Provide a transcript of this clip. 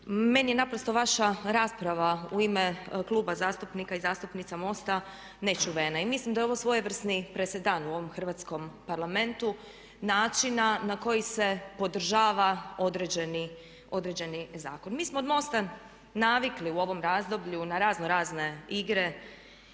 meni je naprosto vaša rasprava u ime Kluba zastupnika i zastupnica MOST-a nečuvena. I mislim da je ovo svojevrsni presedan u ovom Hrvatskom parlamentu načina na koji se podržava određeni zakon. Mi smo od MOST-a navikli u ovom razdoblju na razno razne igre,